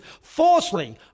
falsely